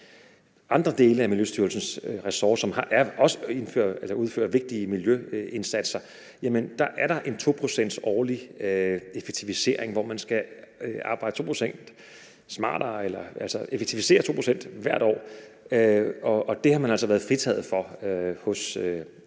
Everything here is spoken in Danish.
andre dele af Miljøstyrelsens ressort, som også udfører vigtige miljøindsatser, en årlig 2-procentseffektivisering, hvor man skal arbejde 2 pct. smartere, altså effektivisere for 2 pct. hvert år. Det har man altså været fritaget for i nationalparkerne,